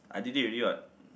I did it already what